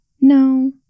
No